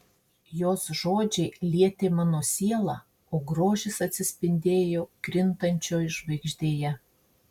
jos žodžiai lietė mano sielą o grožis atsispindėjo krintančioj žvaigždėje